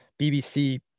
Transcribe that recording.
bbc